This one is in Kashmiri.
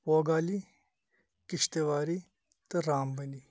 پوگالی کِشتِواری تہٕ رامبنی